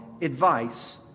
advice